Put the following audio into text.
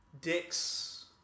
dicks